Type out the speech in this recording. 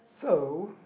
so